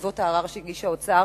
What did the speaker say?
בעקבות הערר שהגיש האוצר,